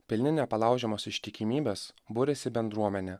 pilni nepalaužiamos ištikimybės buriasi į bendruomenę